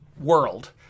world